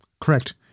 Correct